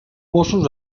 mossos